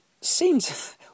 seems